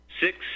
Six